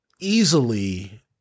Easily